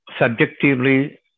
subjectively